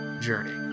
journey